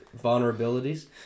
vulnerabilities